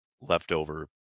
leftover